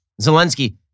Zelensky